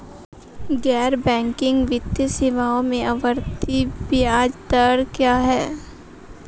गैर बैंकिंग वित्तीय सेवाओं में आवर्ती ब्याज दर क्या है?